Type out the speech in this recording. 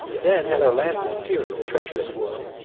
then had our lances pierc'd the treach'rous wood,